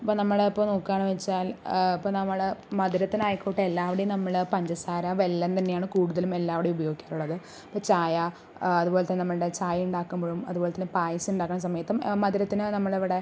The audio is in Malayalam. ഇപ്പം നമ്മൾ ഇപ്പോൾ നോക്കുകയാണ് വെച്ചാൽ ഇപ്പം നമ്മൾ മധുരത്തിന് ആയിക്കോട്ടെ എല്ലാവിടെയും നമ്മൾ പഞ്ചസാര വെല്ലം തന്നെയാണ് കൂടുതലും എല്ലാവിടെയും ഉപയോഗിക്കാറുള്ളത് ഇപ്പം ചായ അതുപോലെ തന്നെ നമ്മളുടെ ചായ ഉണ്ടാക്കുമ്പോഴും അതുപോലെ തന്നെ പായസം ഉണ്ടാകുന്ന സമയത്തും മധുരത്തിന് നമ്മൾ ഇവിടെ